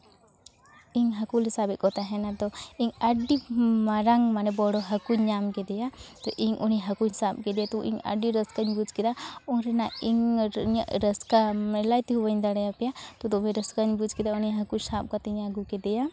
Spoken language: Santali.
ᱤᱧ ᱦᱟᱹᱠᱩᱞᱮ ᱥᱟᱵᱮᱫ ᱠᱚ ᱛᱟᱦᱮᱱᱟ ᱟᱫᱚ ᱟᱹᱰᱤ ᱢᱟᱨᱟᱝ ᱢᱟᱱᱮ ᱵᱚᱲᱚ ᱦᱟᱹᱠᱩᱧ ᱧᱟᱢ ᱠᱮᱫᱟᱭᱟ ᱛᱚ ᱤᱧ ᱩᱱᱤ ᱦᱟᱹᱠᱩᱧ ᱥᱟᱵ ᱠᱮᱫᱮ ᱛᱚ ᱤᱧ ᱟᱹᱰᱤ ᱨᱟᱹᱥᱠᱟᱹᱧ ᱵᱩᱡᱽ ᱠᱮᱫᱟ ᱩᱱ ᱨᱮᱱᱟᱜ ᱤᱧ ᱤᱧᱟᱹᱜ ᱨᱟᱹᱥᱠᱟᱹ ᱞᱟᱹᱭ ᱛᱮᱜᱮ ᱵᱟᱹᱧ ᱫᱟᱲᱮᱭᱟᱯᱮᱭᱟ ᱛᱚ ᱫᱚᱢᱮ ᱨᱟᱹᱥᱠᱟᱹᱧ ᱵᱩᱡᱽ ᱠᱮᱫᱟ ᱩᱱᱤ ᱦᱟᱹᱠᱩ ᱥᱟᱵ ᱠᱟᱛᱮᱧ ᱟᱹᱜᱩ ᱠᱮᱫᱮᱭᱟ